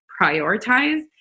prioritize